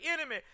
enemy